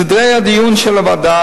סדרי הדיון של הוועדה,